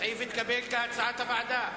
הסעיף התקבל, כהצעת הוועדה.